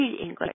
English